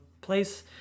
place